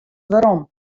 werom